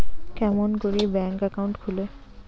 কেমন করি bank account খুলে?